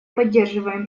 поддерживаем